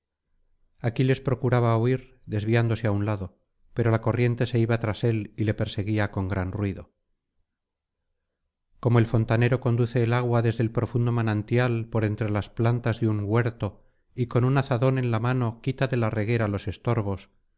pecho aquiles procuraba huir desviándose á un lado pero la corriente se iba tras él y le perseguía con gran ruido como el fontanero conduce el agua desde el profundo manantial por entre las plantas de un huerto y con un azadón en la mano quita de la reguera los estorbos